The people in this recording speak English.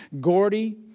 Gordy